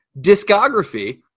discography